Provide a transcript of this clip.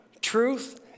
truth